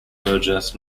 burgess